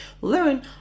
learn